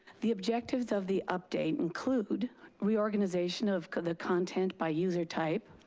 the objectives of the update include reorganization of the content by user type,